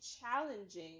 challenging